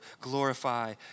Glorify